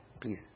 please